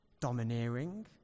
domineering